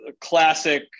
Classic